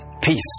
peace